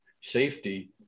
safety